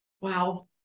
Wow